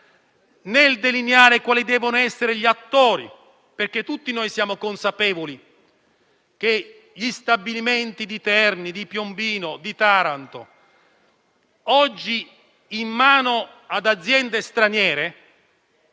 nel delineare quali devono essere gli attori. Tutti siamo infatti consapevoli che gli stabilimenti di Terni, Piombino e Taranto, oggi in mano ad aziende straniere,